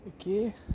okay